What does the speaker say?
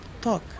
talk